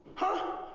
huh?